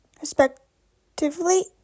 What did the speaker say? respectively